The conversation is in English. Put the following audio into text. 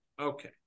Okay